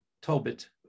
Tobit